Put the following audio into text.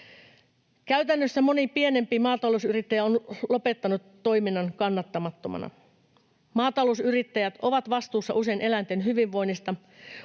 Käytännössä moni pienempi maatalousyrittäjä on lopettanut toiminnan kannattamattomana. Maatalousyrittäjät ovat usein vastuussa eläinten hyvinvoinnista.